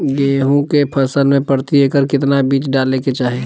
गेहूं के फसल में प्रति एकड़ कितना बीज डाले के चाहि?